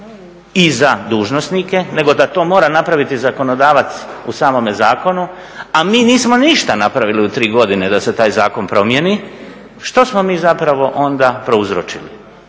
i za dužnosnike nego da to mora napraviti zakonodavac u samome zakonu, a mi nismo ništa napravili u tri godine da se taj zakon promijeni, što smo mi zapravo onda prouzročili?